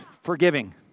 forgiving